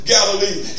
Galilee